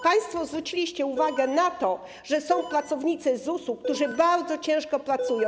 Państwo zwróciliście uwagę na to, że są pracownicy ZUS-u, którzy bardzo ciężko pracują.